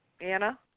Anna